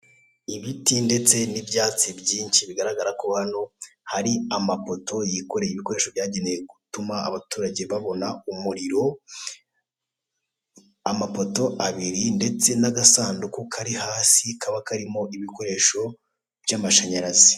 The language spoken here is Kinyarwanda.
Ibiti ndetse n'ibyatsi byinshi, bigaragara ko hano hari amapoto yikoreye ibikoresho byagenewe gutuma abaturage babona umuriro, amapoto abiri ndetse n'agasanduku kari hasi kaba karimo ibikoresho by'amashanyarazi.